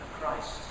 Christ